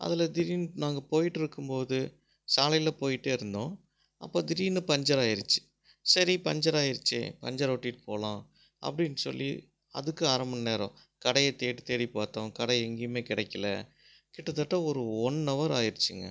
அதில் திடீர்னு நாங்கள் போயிட்டுருக்கும் போது சாலையில் போயிகிட்டே இருந்தோம் அப்போ திடீர்னு பஞ்சர் ஆகிடுச்சு சரி பஞ்சர் ஆகிடுச்சே பஞ்சர் ஒட்டிவிட்டு போகலாம் அப்படின்னு சொல்லி அதுக்கு அரை மணிநேரம் கடையை தேடி தேடி பார்த்தோம் கடை எங்கேயுமே கிடைக்கல கிட்டத்தட்ட ஒரு ஒன் ஹவர் ஆகிடுச்சிங்க